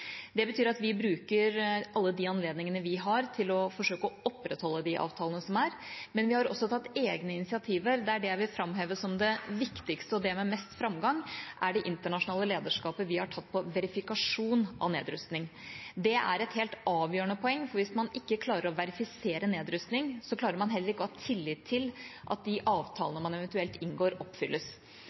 Det betyr at vi bruker alle de anledningene vi har, til å forsøke å opprettholde de avtalene som er. Vi har også tatt egne initiativer, der det jeg vil framheve som det viktigste, og det med mest framgang, er det internasjonale lederskapet vi har tatt når det gjelder verifikasjon av nedrustning. Det er et helt avgjørende poeng, for hvis man ikke klarer å verifisere nedrustning, klarer man heller ikke å ha tillit til at de avtalene man eventuelt inngår, oppfylles.